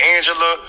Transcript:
Angela